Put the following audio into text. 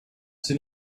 soon